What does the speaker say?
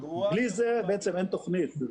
בלי זה בעצם אין תוכנית.